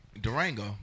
durango